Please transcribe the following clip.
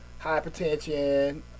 hypertension